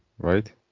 Right